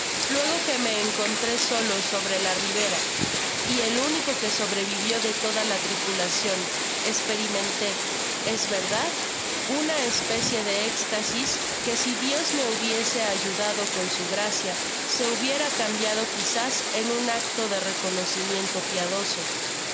luego que me encontré solo sobre la rivera y el único que sobrevivio de toda la tripulacion esperimenté es verdad una especie de éxtasis que si dios me hubiese ayudado con su gracia se hubiera cambiado quizás en un acto de reconocimiento